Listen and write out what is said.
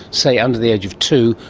say, under the age of two,